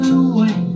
away